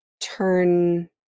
turn